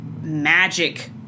magic